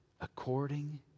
according